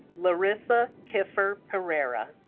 larissa kiffer-pereira